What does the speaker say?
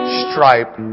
stripe